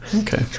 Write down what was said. okay